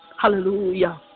Hallelujah